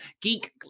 Geek